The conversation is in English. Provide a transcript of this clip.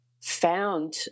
found